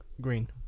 Green